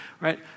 right